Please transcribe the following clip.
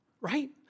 right